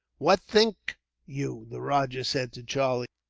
what think you, the rajah said to charlie,